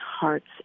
hearts